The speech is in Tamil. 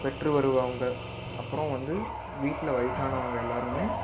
பெற்று வருவாங்க அப்புறம் வந்து வீட்டில் வயதானவங்க எல்லாேருமே